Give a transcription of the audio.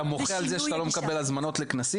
אתה מוחה על זה שאתה לא מקבל הזמנות לכנסים?